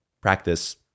practice